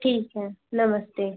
ठीक है नमस्ते